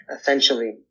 essentially